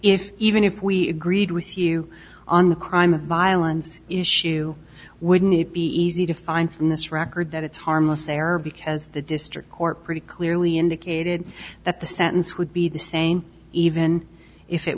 if even if we agreed with you on the crime violence issue wouldn't it be easy to find from this record that it's harmless error because the district court pretty clearly indicated that the sentence would be the same even if it